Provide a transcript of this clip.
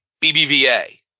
BBVA